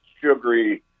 sugary